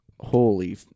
Holy